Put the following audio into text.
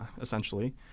essentially